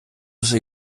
вже